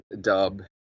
dub